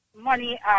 money